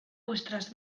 vuestras